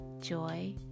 joy